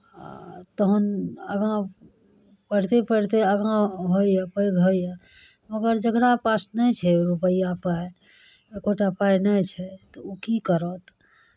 तहन आगाँ पढ़तै पढ़तै आगाँ होइए पैघ होइए मगर जकरा पास नहि छै रुपैआ पाइ एको टा पाइ नहि छै तऽ ओ की करत